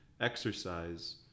exercise